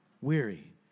Weary